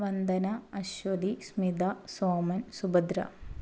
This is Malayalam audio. വന്ദന അശ്വതി സ്മിത സോമൻ സുഭദ്ര